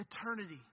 eternity